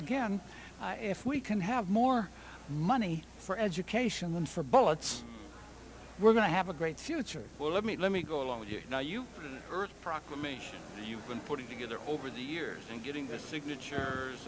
again if we can have more money for education than for bullets we're going to have a great future well let me let me go along with you now you earth proclamation you've been putting together over the years and getting this signature